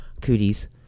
cooties